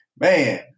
Man